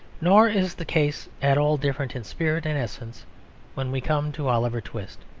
nor is the case at all different in spirit and essence when we come to oliver twist.